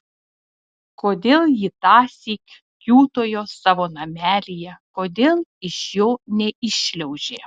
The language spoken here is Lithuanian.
kodėl ji tąsyk kiūtojo savo namelyje kodėl iš jo neiššliaužė